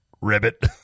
Ribbit